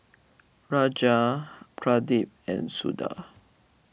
Raja Pradip and Suda